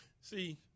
See